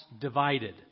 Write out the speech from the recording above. Divided